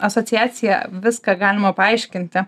asociacija viską galima paaiškinti